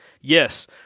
Yes